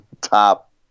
top